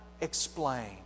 explain